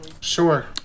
Sure